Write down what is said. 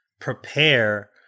prepare